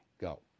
go